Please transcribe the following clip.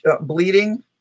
bleeding